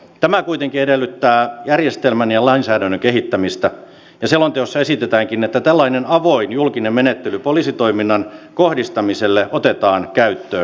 tämä kuitenkin edellyttää järjestelmän ja lainsäädännön kehittämistä ja selonteossa esitetäänkin että tällainen avoin julkinen menettely poliisitoiminnan kohdistamiselle otetaan käyttöön